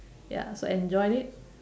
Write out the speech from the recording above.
ya so enjoy it